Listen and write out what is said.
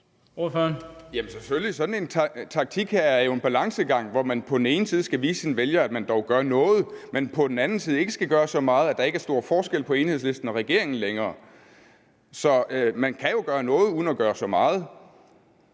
sådan en taktik her jo en balancegang, hvor man på den ene side skal vise sine vælgere, at man dog gør noget, men på den anden side ikke skal gøre så meget, at der ikke er stor forskel på Enhedslisten og regeringen længere. Så man kan jo gøre noget uden at gøre så meget.